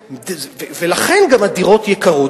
ולכן גם הדירות יקרות.